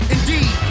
Indeed